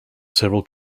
several